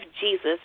Jesus